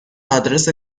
آدرس